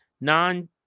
non